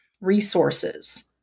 resources